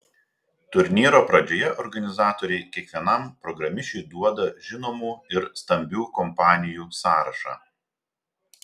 turnyro pradžioje organizatoriai kiekvienam programišiui duoda žinomų ir stambių kompanijų sąrašą